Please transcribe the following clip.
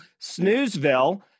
snoozeville